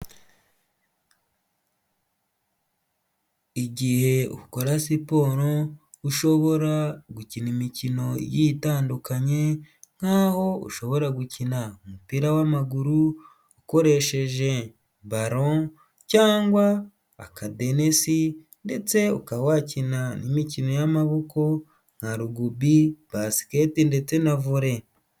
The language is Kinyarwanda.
Igihe ukora siporo ushobora gukina imikino itandukanye nk'aho ushobora gukina umupira w'amaguru ukoresheje balo cyangwa akadenisi ndetse ukaba wakina n'imikino y'amaboko nka rugubi, basiketi ndetse na vole.